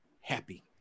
happy